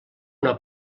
una